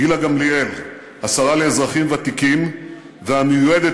גילה גמליאל השרה לאזרחים ותיקים והמיועדת